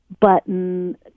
button